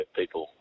people